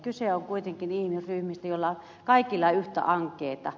kyse on kuitenkin ihmisryhmistä joilla kaikilla on yhtä ankeata